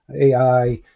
ai